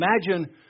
Imagine